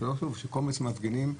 קומץ מפגינים,